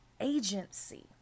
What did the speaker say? agency